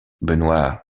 benoît